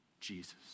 Jesus